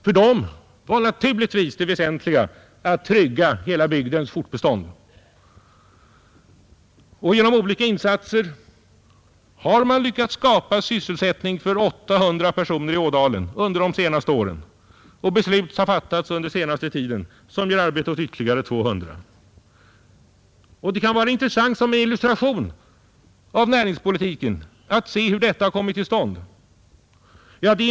För dem var naturligtvis det väsentliga att trygga hela bygdens fortbestånd. Genom olika insatser har man också under de senaste åren lyckats skapa sysselsättning i Ådalen för 800 personer, och beslut har under senaste tiden fattats, som ger arbete åt ytterligare 200. Som en illustration till näringspolitiken kan det vara intressant att se hur detta har åstadkommits.